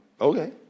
okay